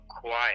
quiet